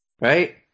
Right